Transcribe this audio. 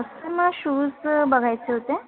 sir मला shoes बघायचे होते